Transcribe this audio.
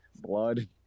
blood